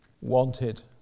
Wanted